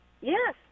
Yes